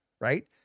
Right